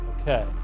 Okay